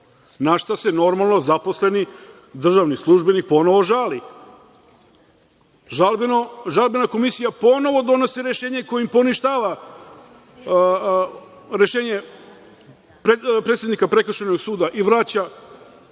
na šta se, normalno, zaposleni državni službenik ponovo žali. Žalbena komisija ponovo donosi rešenje kojim poništava rešenje predsednika Prekršajnog suda i vraća